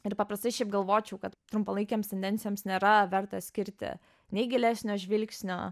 ir paprastai šiaip galvočiau kad trumpalaikėms tendencijoms nėra verta skirti nei gilesnio žvilgsnio